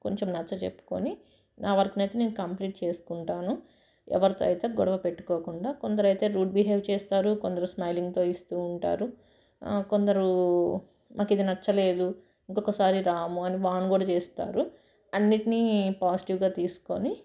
కొంచెం నచ్చచెప్పుకొని నా వర్క్ని అయితే నేను కంప్లీట్ చేసుకుంటాను ఎవరితో అయితే గొడవ పెట్టుకోకుండా కొందరు అయితే రూడ్ బిహేవ్ చేస్తారు కొందరు స్మైలింగ్తో ఇస్తు ఉంటారు కొందరు మాకు ఇది నచ్చలేదు ఇంకొకసారి రాము అని వాన్ కూడా చేస్తారు అన్నింటిని పాజిటివ్గా తీసుకొని